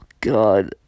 God